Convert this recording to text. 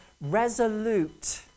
resolute